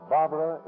Barbara